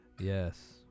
yes